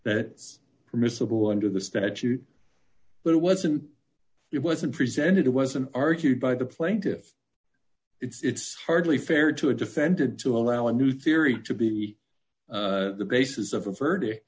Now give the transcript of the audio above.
is permissible under the statute but it wasn't it wasn't presented it wasn't argued by the plaintiffs it's hardly fair to a defended to allow a new theory to be the basis of a verdi